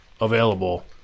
available